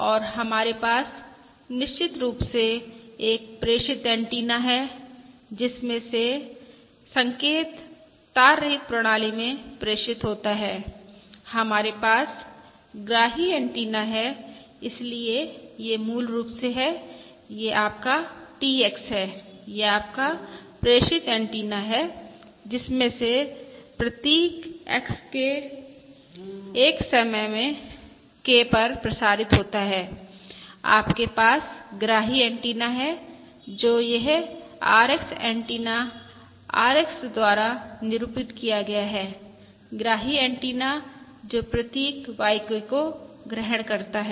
और हमारे पास निश्चित रूप से एक प्रेषित ऐन्टेना है जिसमें से संकेत तार रहित प्रणाली में प्रेषित होता है हमारे पास ग्राही ऐन्टेना है इसलिए ये मूल रूप से हैं यह आपका TX है यह आपका प्रेषित ऐन्टेना है जिसमें से प्रतीक XK एक समय K पर प्रसारित होता है आपके पास ग्राही एंटीना है जो यह RX ऐन्टेना RX द्वारा निरूपित किया गया है ग्राही एंटीना जो प्रतीक YK को ग्रहण करता है